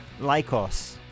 Lycos